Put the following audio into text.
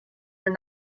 are